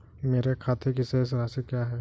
मेरे खाते की शेष राशि क्या है?